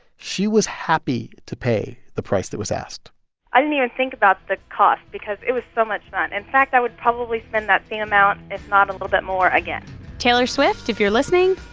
she was happy to pay the price that was asked i didn't even think about the cost because it was so much fun. in fact, i would probably spend that same amount, if not a little bit more, again taylor swift, if you're listening,